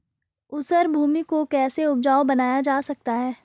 ऊसर भूमि को कैसे उपजाऊ बनाया जा सकता है?